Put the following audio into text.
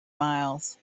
miles